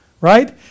right